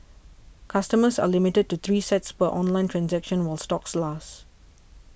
customers are limited to three sets per online transaction while stocks last